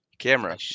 Camera